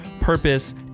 purpose